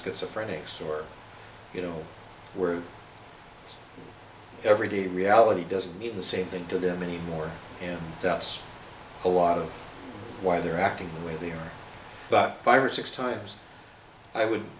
schizophrenia a story you know where every day reality doesn't mean the same thing to them anymore and that's a lot of why they're acting the way they are but five or six times i would